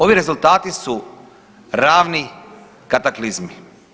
Ovi rezultati su ravni kataklizmi.